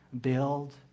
build